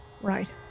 Right